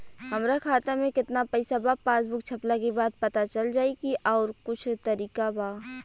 हमरा खाता में केतना पइसा बा पासबुक छपला के बाद पता चल जाई कि आउर कुछ तरिका बा?